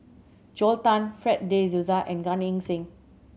Joel Tan Fred De Souza and Gan Eng Seng